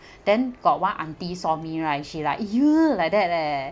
then got one auntie saw me right she like !eeyer! like that leh